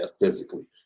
physically